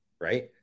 right